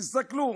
תסתכלו.